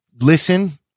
listen